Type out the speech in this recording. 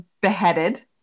beheaded